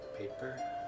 Paper